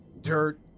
dirt